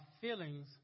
feelings